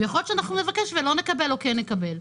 ויכול להיות שאנחנו נבקש ולא נקבל או כן נקבל.